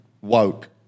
Woke